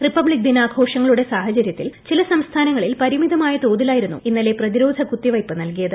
republic ദിനാഘോഷങ്ങളുടെ സാഹചര്യത്തിൽ ചില സംസ്ഥാനങ്ങളിൽ പരിമിതമായ തോതിലായിരുന്നു ഇന്നലെ പ്രതിരോധ കുത്തിവയ്പ് നൽകിയത്